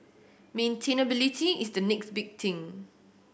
maintainability is the next big thing